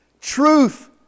Truth